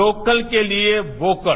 local के लिए vocal